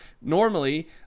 normally